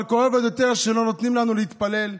אבל כואב עוד יותר שלא נותנים לנו להתפלל.